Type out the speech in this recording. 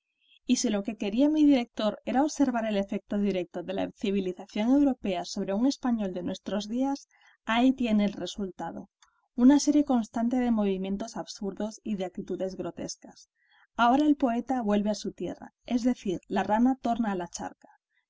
y si lo que quería mi director era observar el efecto directo de la civilización europea sobre un español de nuestros días ahí tiene el resultado una serie constante de movimientos absurdos y de actitudes grotescas ahora el poeta vuelve a su tierra es decir la rana torna a la charca